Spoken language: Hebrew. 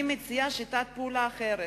אני מציעה שיטת פעולה אחרת: